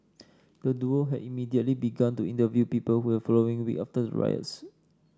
the Duo had immediately began to interview people who are following week after the riots